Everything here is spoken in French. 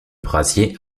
brasier